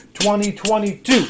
2022